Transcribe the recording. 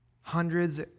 hundreds